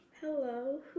Hello